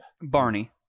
Barney